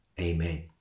Amen